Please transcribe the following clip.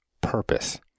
purpose